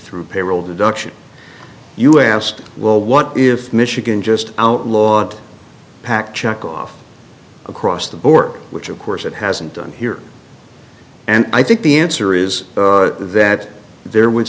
through payroll deduction you asked well what if michigan just outlawed pact checkoff across the board which of course it hasn't done here and i think the answer is that there would